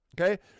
Okay